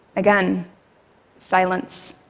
again silence.